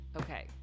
Okay